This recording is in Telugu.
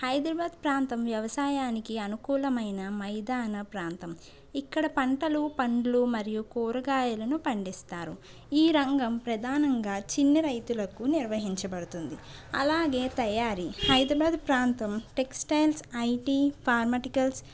హైదరాబాద్ ప్రాంతం వ్యవసాయానికి అనుకూలమైన మైదాన ప్రాంతం ఇక్కడ పంటలు పండ్లు మరియు కూరగాయలను పండిస్తారు ఈ రంగం ప్రధానంగా చిన్న రైతులకు నిర్వహించబడుతుంది అలాగే తయారీ హైదరాబాద్ ప్రాంతం టెక్స్టైల్స్ ఐటి ఫార్మాటికల్స్